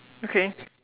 okay